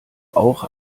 auch